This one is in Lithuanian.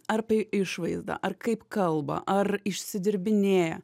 ar tai išvaizdą ar kaip kalba ar išsidirbinėja